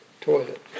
toilet